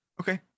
okay